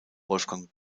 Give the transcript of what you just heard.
wolfgang